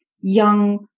young